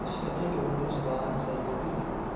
جس بچے کی اردو زبان صحیح ہوتی ہے